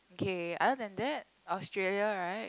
okay other than that Australia right